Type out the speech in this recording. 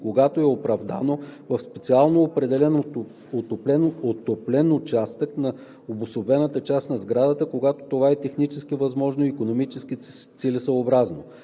когато е оправдано, в специално определен отоплен участък на обособената част на сградата, когато това е технически възможно и икономически целесъобразно;